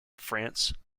france